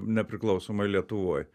nepriklausomoj lietuvoj